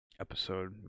episode